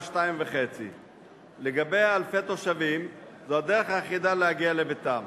14:30. לגבי אלפי תושבים זו הדרך היחידה להגיע לביתם